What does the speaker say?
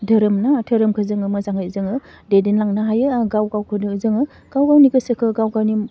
धोरोम ना धोरोमखौ जोङो मोजाङै जोङो दैदेनलांनो हायो आरो गाव गावखौनो जोङो गाव गावनि गोसोखौ गाव गावनि